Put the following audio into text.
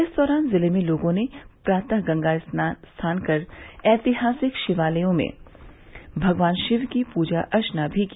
इस दौरान ज़िले में लोगों ने प्रातः गंगा स्थान कर ऐतिहासिक शिवालयों में भगवान शिव की पूजा अर्चना भी की